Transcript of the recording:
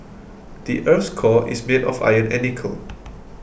the earth's core is made of iron and nickel